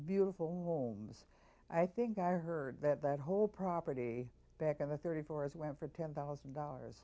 beautiful homes i think i heard that that whole property back on the third floor as well for ten thousand dollars